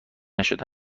نشده